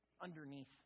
underneath